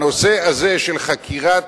הנושא הזה של חקירת